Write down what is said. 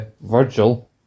Virgil